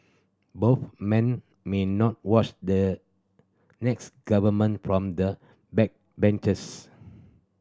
both men may no watch the next government from the backbenches